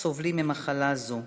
סובלים ממחלה זו.